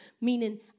meaning